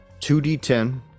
2d10